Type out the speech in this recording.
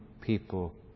people